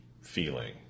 feeling